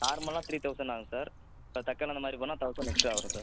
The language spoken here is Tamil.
நார்மலாக த்ரீ தௌசண்ட் ஆகும் சார் சார் தட்கல் அந்த மாதிரி பண்ணிணா தௌசண்ட் எக்ஸ்ட்ரா வரும் சார்